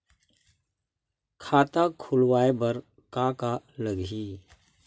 खाता खुलवाय बर का का लगही?